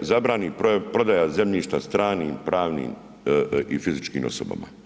zabrani prodaja zemljišta stranim pravnim i fizičkim osobama.